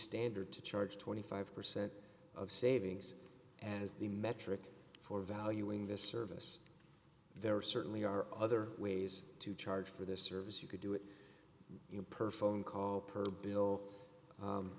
standard to charge twenty five percent of savings as the metric for valuing this service there are certainly are other ways to charge for this service you could do it in perf own call per bill